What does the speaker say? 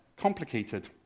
complicated